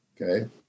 okay